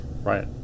Right